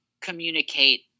communicate